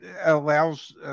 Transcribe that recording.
allows